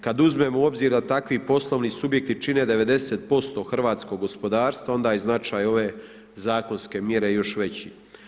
Kada uzmemo u obzir da takvi poslovni subjekti čine 90% hrvatskog gospodarstva, onda je značaj ove zakonske mjere još veći.